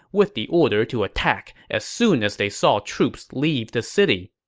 with the order to attack as soon as they saw troops leave the city.